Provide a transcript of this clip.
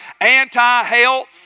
Anti-health